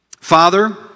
Father